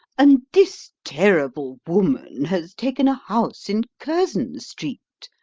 and this terrible woman has taken a house in curzon street,